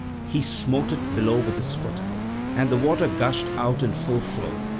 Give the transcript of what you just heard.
he smote it below with his foot and the water gushed out in full flow.